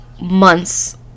months